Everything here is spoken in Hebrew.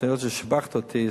היות ששיבחת אותי,